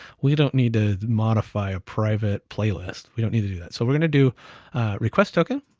we don't need to modify a private playlist, we don't need to do that. so we're going to do request token,